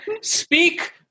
Speak